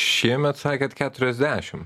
šiemet sakėt keturiasdešim